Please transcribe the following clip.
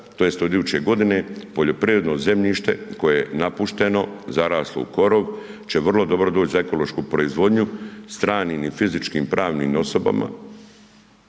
tj. od iduće godine, poljoprivredno zemljište koje je napušteno, zaraslo u korov će vrlo dobro doći za ekološku proizvodnju stranim i fizičkim pravnim osobama